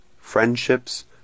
friendships